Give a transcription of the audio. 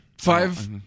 five